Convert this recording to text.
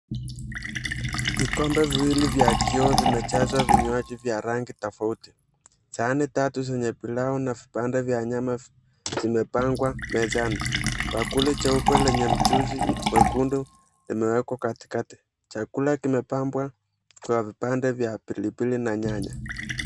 Vikombe viwili vya kioo vimejazwa vinywaji vya rangi tofauti. Sahani tatu zenye pilau na vipande vya nyama zimepangwa mezani. Bakuli jeupe lenye mchuzi mwekundu limewekwa katikati. Chakula kimepambwa kwa vipande vya pilipili na nyanya.